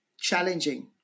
challenging